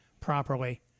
properly